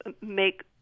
make